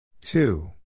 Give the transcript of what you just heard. two